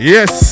Yes